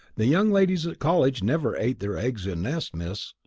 the young ladies at college never ate their eggs in nests, miss.